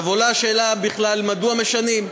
עולה השאלה בכלל, מדוע משנים?